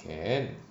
can